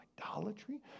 idolatry